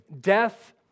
death